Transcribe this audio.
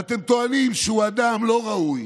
ואתם טוענים שהוא אדם לא ראוי